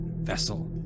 vessel